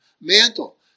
mantle